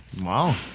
Wow